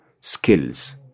skills